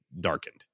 darkened